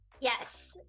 Yes